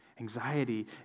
Anxiety